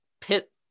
pit